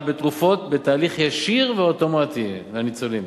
בתרופות בתהליך ישיר ואוטומטי לניצולים.